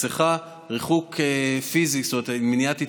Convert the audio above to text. מסכה, ריחוק פיזי ומניעת התקהלויות,